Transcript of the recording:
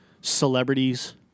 celebrities